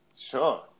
Sure